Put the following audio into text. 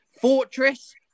Fortress